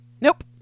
Nope